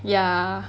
ya